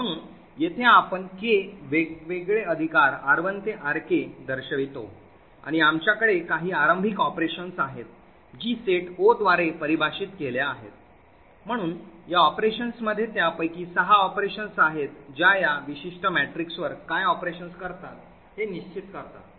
म्हणून येथे आपण K वेगवेगळे अधिकार R1 ते RK दर्शवितो आणि आमच्याकडे काही आरंभिक ऑपरेशन्स आहेत जी सेट O द्वारे परिभाषित केल्या आहेत म्हणून या ऑपरेशन्समध्ये त्यापैकी सहा ऑपरेशन्स आहेत ज्या या विशिष्ट मॅट्रिक्सवर काय ऑपरेशन्स करतात हे निश्चित करतात